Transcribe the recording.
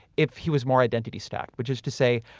if he was more identity stack, which is to say,